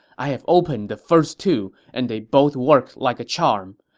i have opened the first two, and they both worked like a charm.